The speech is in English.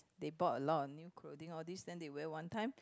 they bought a lot of new clothing all these then they wear one time